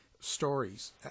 stories